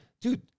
dude